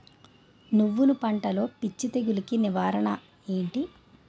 నువ్వులు పంటలో పిచ్చి తెగులకి నివారణ ఏంటి?